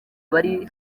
bari